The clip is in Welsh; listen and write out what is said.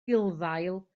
gulddail